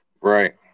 Right